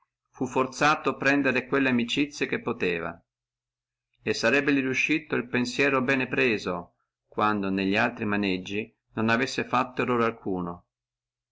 fu forzato prendere quelle amicizie che poteva e sarebbeli riuscito el partito ben preso quando nelli altri maneggi non avessi fatto errore alcuno